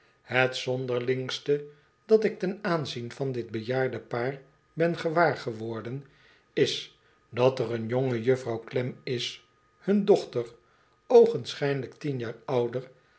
het zonderlingste dat ik ten aanzien van dit bejaarde paar ben gewaar geworden is dat er een jongejuffrouw klem is hun dochter oogenschijnlijk tien jaar ouder